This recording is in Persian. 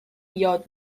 یاد